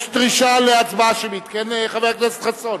יש דרישה להצבעה שמית, כן, חבר הכנסת חסון?